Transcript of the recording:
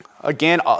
Again